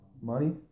Money